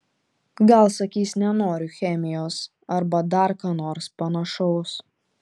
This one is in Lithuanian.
gal sakys nenoriu chemijos arba dar ką nors panašaus